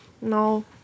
No